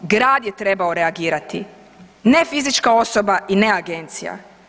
Grad je trebao reagirati, ne fizička osoba i ne agencija.